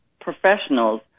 professionals